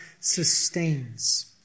sustains